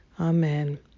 Amen